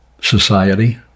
society